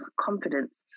confidence